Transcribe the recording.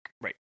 Right